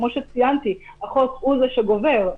כמו שציינתי החוק הוא זה שגובר.